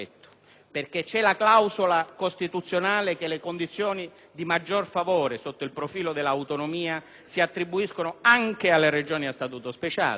di maggior favore sotto il profilo dell'autonomia si attribuiscono anche alle Regioni a Statuto speciale, allora saremmo d'accordo. Ma poiché il testo, così come